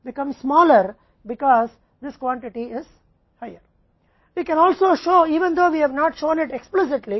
तो उसी वार्षिक मांग T के लिए जो चक्र छोटा है क्योंकि यह मात्रा अधिक है